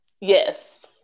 Yes